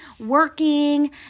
working